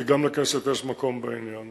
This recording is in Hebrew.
כי גם לכנסת יש מקום בעניין,